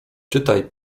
czytaj